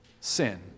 sin